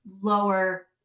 lower